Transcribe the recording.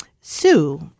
Sue